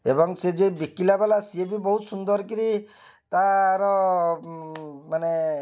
ଏବଂ ସେ ଯେଉଁ ବିକିଲା ବାଲା ସେ ବି ବହୁତ ସୁନ୍ଦର କିରି ତା'ର ମାନେ